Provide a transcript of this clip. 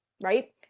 right